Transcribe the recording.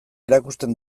erakusten